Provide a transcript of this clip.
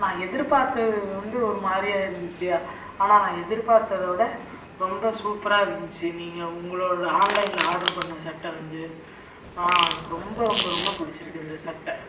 நான் எதிர்பார்த்தது வந்து ஒரு மாதிரியா இருந்துச்சு ஆனால் நான் எதிர்பார்த்ததை விட ரொம்ப சூப்பராக இருந்துச்சு நீங்கள் உங்களோடய ஆன்லைனில் ஆர்ட்ரு பண்ண சட்டை வந்து ஆ எனக்கு ரொம்ப ரொம்ப ரொம்ப பிடிச்சிருக்கு இந்தச் சட்டை